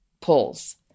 pulls